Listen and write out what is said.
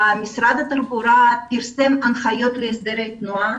משרד התחבורה פירסם הנחיות להסדרי תנועה,